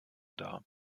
dar